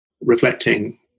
reflecting